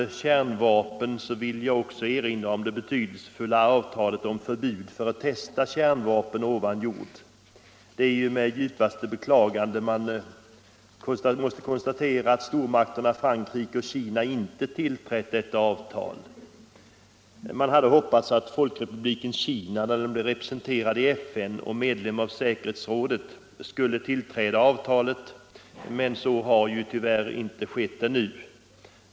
Jag vill också erinra om det betydelsefulla avtalet om förbud att testa kärnvapen ovan jord. Det är med djupaste beklagande man måste konstatera att stormakterna Frankrike och Kina inte tillträtt detta avtal. Man hade hoppats att Folkrepubliken Kina när den blev representerad i FN och medlem av säkerhetsrådet skulle tillträda avtalet men så har tyvärr inte skett ännu.